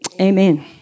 amen